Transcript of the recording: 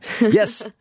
yes